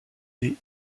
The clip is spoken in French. des